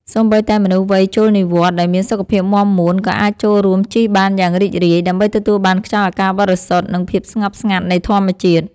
សូម្បីតែមនុស្សវ័យចូលនិវត្តន៍ដែលមានសុខភាពមាំមួន ក៏អាចចូលរួមជិះបានយ៉ាងរីករាយ ដើម្បីទទួលបានខ្យល់អាកាសបរិសុទ្ធ និងភាពស្ងប់ស្ងាត់នៃធម្មជាតិ។